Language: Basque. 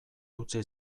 utzi